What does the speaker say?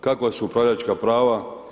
Kakva su upravljačka prava?